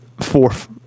fourth